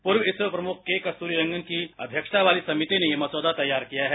पूर्व इसरो प्रमुख के कस्तुरीरंगन की अध्यक्ष वाली समिति ने ये मसौदा तैयार किया है